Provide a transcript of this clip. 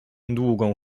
długą